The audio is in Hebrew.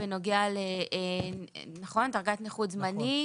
בנוגע לדרגת נכות זמנית.